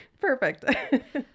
Perfect